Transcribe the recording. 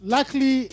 Luckily